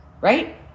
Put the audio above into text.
right